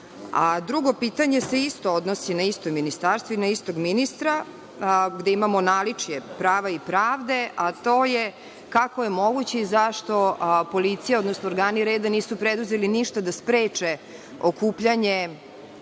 došli? Drugo pitanje se isto odnosi na isto ministarstvo i na istog ministra, gde imamo naličje prava i pravde a to je kako je moguće i zašto policija, odnosno organi reda nisu preduzeli ništa da spreče okupljanje